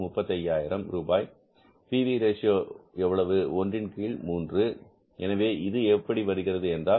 அது 35000 ரூபாய் TV radio எவ்வளவு ஒன்றின் கீழ் 3 எனவே இது எப்படி வருகிறது என்றால் ரூபாய் 105000